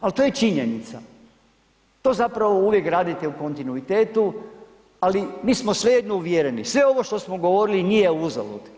Ali to je činjenica to zapravo uvijek radite u kontinuitetu, ali mi smo svejedno uvjereni, sve ovo što smo govorili nije uzalud.